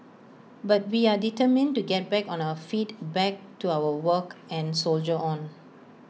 but we are determined to get back on our feet back to our work and soldier on